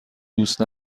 دوست